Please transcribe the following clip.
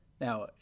Now